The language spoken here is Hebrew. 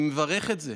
תודה רבה.